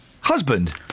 Husband